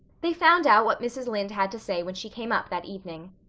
they found out what mrs. lynde had to say when she came up that evening.